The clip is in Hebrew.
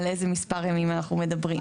על איזה מספר ימים אנחנו מדברים.